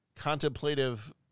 contemplative